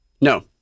No